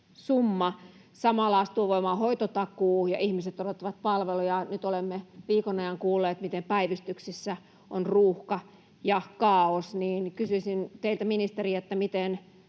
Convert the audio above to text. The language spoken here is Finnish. summa. Samalla astuu voimaan hoitotakuu, ja ihmiset odottavat palvelujaan. Nyt olemme viikon ajan kuulleet, miten päivystyksissä on ruuhka ja kaaos. Kysyisin teiltä, ministeri: miten